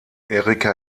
erika